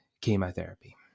chemotherapy